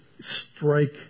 strike